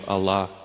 Allah